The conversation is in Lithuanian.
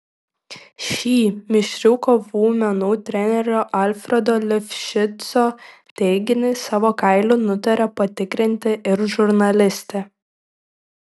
šį mišrių kovų menų trenerio alfredo lifšico teiginį savo kailiu nutarė patikrinti ir žurnalistė